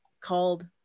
called